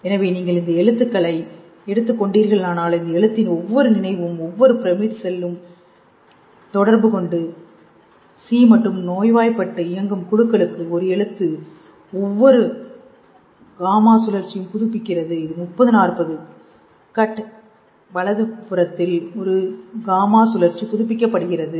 எனவே நீங்கள் இந்த எழுத்துக்களை எடுத்துக் கொண்டீர்களானால் இந்த எழுத்தின் ஒவ்வொரு நினைவும் ஒவ்வொரு பிரமிட் செல்லும் ஒரு தொடர்பு கொண்டு சி மற்றும் நோய்வாய்ப்பட்ட இயங்கும் குழுக்களுக்கு ஒரு எழுத்து ஒவ்வொரு ஆமா சுழற்சியையும் புதுப்பிக்கிறது இது முப்பது நாற்பது கட் ஹேர் ஹேர் வலதுபுறத்தில் ஒரு காமா சுழற்சி புதுப்பிக்கப்படுகிறது